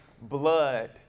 blood